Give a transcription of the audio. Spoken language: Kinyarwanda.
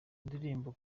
ndirimbo